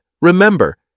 remember